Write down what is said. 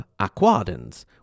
Aquadens